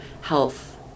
health